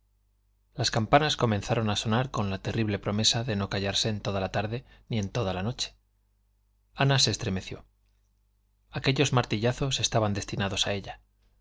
las campanas comenzaron a sonar con la terrible promesa de no callarse en toda la tarde ni en toda la noche ana se estremeció aquellos martillazos estaban destinados a ella